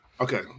okay